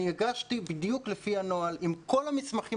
אני הגשתי בדיוק לפי הנוהל עם כל המסמכים